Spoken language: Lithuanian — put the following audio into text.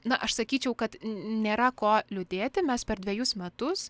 na aš sakyčiau kad nėra ko liūdėti mes per dvejus metus